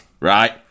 Right